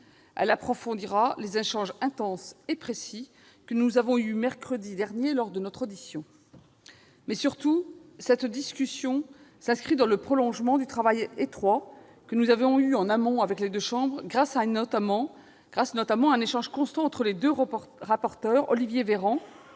Elle approfondira les échanges intenses et précis que nous avons eus mercredi dernier lors de notre audition en commission. Surtout, mesdames, messieurs les sénateurs, cette discussion s'inscrit dans le prolongement du travail étroit que nous avons eu en amont avec les deux chambres grâce notamment à un échange constant entre les rapporteurs Olivier Véran